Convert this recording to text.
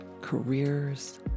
careers